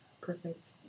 perfect